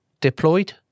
Deployed